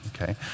okay